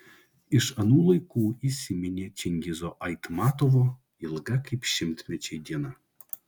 iš anų laikų įsiminė čingizo aitmatovo ilga kaip šimtmečiai diena